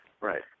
Right